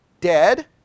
dead